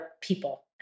people